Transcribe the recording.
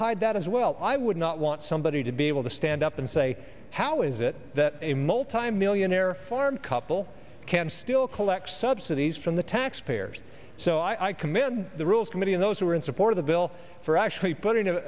hide that as well i would not want somebody to be able to stand up and say how is it that a multimillionaire farm couple can still collect subsidies from the taxpayers so i commend the rules committee and those who are in support of the bill for actually putting a